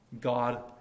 God